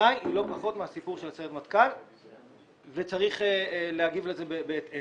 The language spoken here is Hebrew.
בעיניי היא לא פחות מהסיפור של סיירת מטכ"ל וצריך להגיב לזה בהתאם.